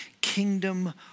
kingdom